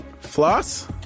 floss